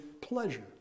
pleasure